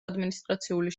ადმინისტრაციული